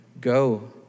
Go